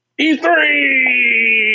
E3